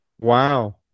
wow